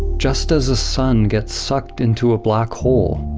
just as a sun gets sucked into a black hole,